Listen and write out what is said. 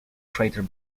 crater